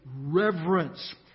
reverence